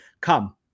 come